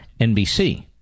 NBC